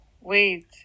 Wait